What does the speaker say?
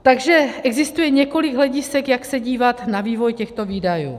Takže existuje několik hledisek, jak se dívat na vývoj těchto výdajů.